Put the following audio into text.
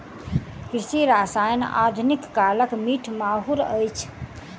कृषि रसायन आधुनिक कालक मीठ माहुर अछि